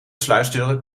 sluisdeuren